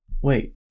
wait